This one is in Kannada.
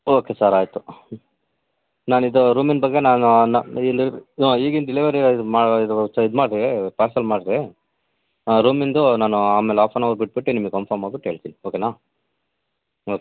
ಓಕೆ ಸರ್ ಆಯಿತು ನಾನು ಇದು ರೂಮಿನ ಬಗ್ಗೆ ನಾನು ನ ಇಲ್ಲಿ ಹಾಂ ಈಗಿನ ಡಿಲೆವರಿ ಇದು ಮಾ ಇದು ಚ್ ಇದು ಮಾಡಿರಿ ಪಾರ್ಸಲ್ ಮಾಡಿರಿ ರೂಮಿಂದು ನಾನು ಆಮೇಲೆ ಹಾಫ್ ಆ್ಯನ್ ಅವರ್ ಬಿಟ್ಬಿಟ್ಟು ನಿಮಗೆ ಕನ್ಫಮ್ ಮಾಡ್ಬಿಟ್ ಹೇಳ್ತೀನ್ ಓಕೆನಾ ಓಕೆ